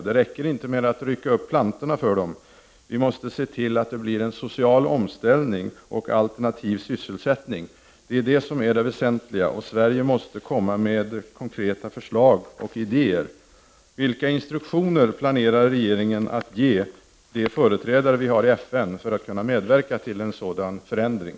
Det räcker inte med att rycka upp plantorna för dem, vi måste se till att det blir en social omställning och alternativ sysselsättning. Det är det väsentliga. Sverige måste komma med konkreta förslag och idéer. Vilka instruktioner planerar regeringen att ge de företrädare vi har i FN för att vi skall kunna medverka till en sådan förändring?